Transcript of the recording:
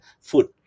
Food